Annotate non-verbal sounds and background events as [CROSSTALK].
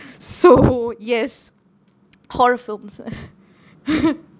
so [LAUGHS] yes [NOISE] horror films [LAUGHS]